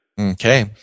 Okay